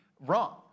wrong